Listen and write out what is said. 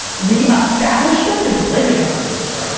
the establishment is living on facebook.